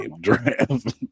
draft